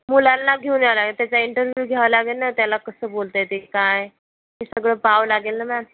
मुलांना घेऊन यावं लागेल त्याचा इंटरव्यू घ्यावा लागेल ना त्याला कसं बोलता येतेय काय हे सगळं पहावं लागेल ना मॅम